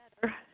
better